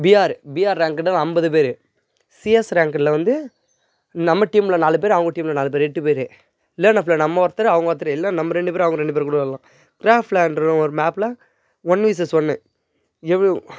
PR PR ரேங்க்கெடில் ஐம்பது பேர் சிஎஸ் ரேங்க்கெடில் வந்து நம்ம டீமில் நாலு பேர் அவங்க டீமில் நாலு பேர் எட்டு பேர் லேன் னெஃப்பில் நம்ம ஒருத்தர் அவங்க ஒருத்தர் எல்லாம் நம்ம ரெண்டு பேர் அவங்க ரெண்டு பேர் கூட விளாட்லாம் க்ராஃப் லேண்ட்டிருன்னு ஒரு மேப்பில் ஒன் விஸ்ஸஸ் ஒன்னு எவ்வளோ